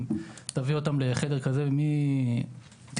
עכשיו,